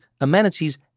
amenities